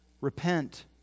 Repent